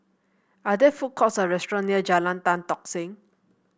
are there food courts or restaurant near Jalan Tan Tock Seng